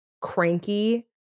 cranky